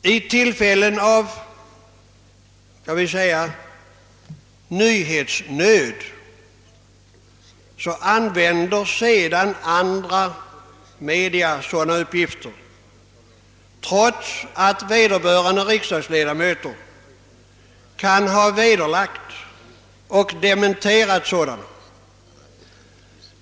Vid tillfällen av skall vi säga nyhetsnöd använder sedan andra media sådana uppgifter, trots att vederbörande riksdagsledamöter kan ha vederlagt och dementerat dem.